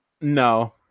no